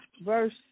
verse